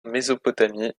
mésopotamie